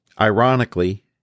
Ironically